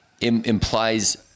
implies